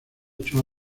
ocho